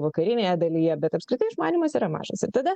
vakarinėje dalyje bet apskritai išmanymas yra mažas ir tada